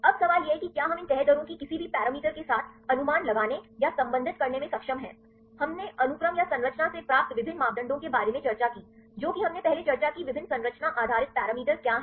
अब सवाल यह है कि क्या हम इन तह दरों की किसी भी पैरामीटर के साथ अनुमान लगाने या संबंधित करने में सक्षम हैं हमने अनुक्रम या संरचना से प्राप्त विभिन्न मापदंडों के बारे में चर्चा की जो कि हमने पहले चर्चा की विभिन्न संरचना आधारित पैरामीटर क्या हैं